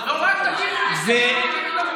עזוב אותנו מכל השאר.